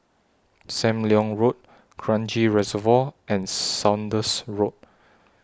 SAM Leong Road Kranji Reservoir and Saunders Road